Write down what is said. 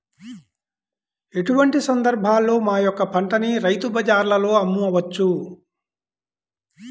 ఎటువంటి సందర్బాలలో మా యొక్క పంటని రైతు బజార్లలో అమ్మవచ్చు?